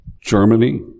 Germany